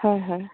হয় হয়